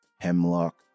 hemlock